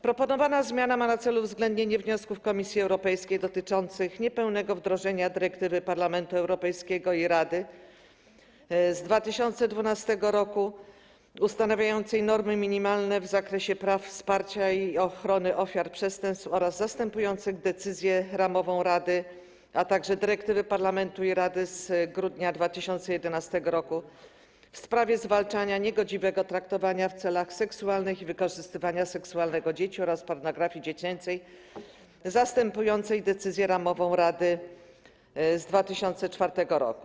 Proponowana zmiana ma na celu uwzględnienie w wniosków Komisji Europejskiej dotyczących niepełnego wdrożenia dyrektywy Parlamentu Europejskiego i Rady z 2012 r. ustanawiającej normy minimalne w zakresie praw wsparcia i ochrony ofiar przestępstw oraz zastępujących decyzję ramową Rady, a także dyrektywy Parlamentu i Rady z grudnia 2011 r. w sprawie zwalczania niegodziwego traktowania w celach seksualnych i wykorzystywania seksualnego dzieci oraz pornografii dziecięcej zastępującej decyzję ramową Rady z 2004 r.